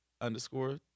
underscore